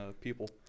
people